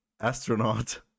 astronaut